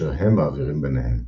אשר הם מעבירים ביניהם.